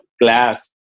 glass